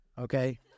okay